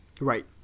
right